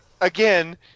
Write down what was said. again